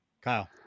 Kyle